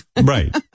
Right